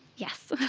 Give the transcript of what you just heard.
yes!